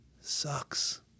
sucks